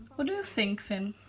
do you think, fin,